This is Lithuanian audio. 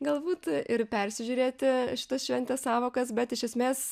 galbūt ir persižiūrėti šitas šventės sąvokas bet iš esmės